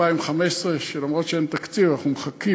שאף שאין תקציב אנחנו מחכים.